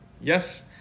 Yes